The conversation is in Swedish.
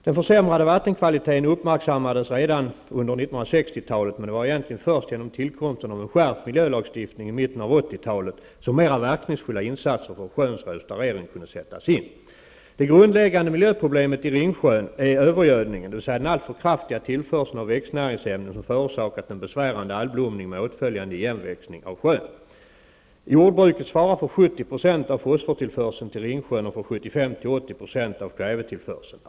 Den försämrade vattenkvaliteten uppmärksammades redan under 1960 talet, men det var egentligen först genom tillkomsten av en skärpt miljölagstiftning i mitten av 80-talet som mera verkningsfulla insatser för sjöns restaurering kunde sättas in. Det grundläggande miljöproblemet i Ringsjön är övergödningen, dvs. den alltför kraftiga tillförseln av växtnäringsämnen, som förorsakat en besvärande algblomning med åtföljande igenväxning av sjön. Jordbruket svarar för 70 9 av fosfortillförseln till Ringsjön och för 75-80 220 av kvävetillförseln.